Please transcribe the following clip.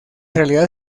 realidad